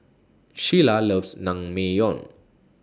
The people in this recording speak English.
Sheila loves Naengmyeon